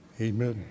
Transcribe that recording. Amen